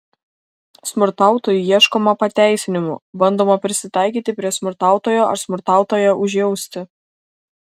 smurtautojui ieškoma pateisinimų bandoma prisitaikyti prie smurtautojo ar smurtautoją užjausti